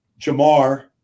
Jamar